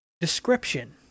description